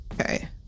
Okay